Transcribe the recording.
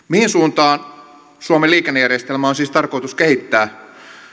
mihin suuntaan suomen liikennejärjestelmää on siis tarkoitus kehittää